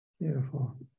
Beautiful